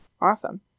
Awesome